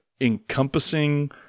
encompassing